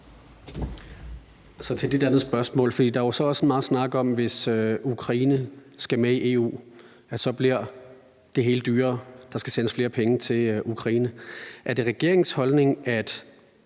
Så til et lidt andet spørgsmål, for der er jo så også meget snak om, at hvis Ukraine skal med i EU, bliver det hele dyrere. Der skal sendes flere penge til Ukraine. Er det regeringens holdning, at